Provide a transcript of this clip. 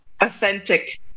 authentic